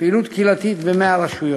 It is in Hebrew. פעילות קהילתית ב-100 רשויות.